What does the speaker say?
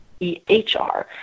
EHR